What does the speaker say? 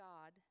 God